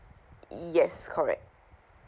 yes correct